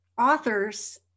authors